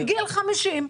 בגיל 50,